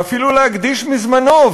ואפילו להקדיש מזמנו,